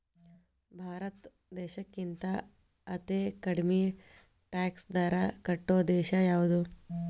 ಭಾರತ್ ದೇಶಕ್ಕಿಂತಾ ಅತೇ ಕಡ್ಮಿ ಟ್ಯಾಕ್ಸ್ ದರಾ ಕಟ್ಟೊ ದೇಶಾ ಯಾವ್ದು?